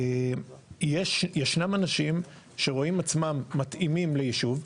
ישנם אנשים שרואים עצמם מתאימים לישוב,